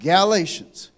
Galatians